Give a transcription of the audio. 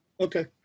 okay